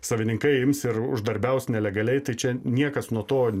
savininkai ims ir uždarbiaus nelegaliai tai čia niekas nuo to